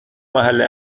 محل